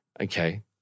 Okay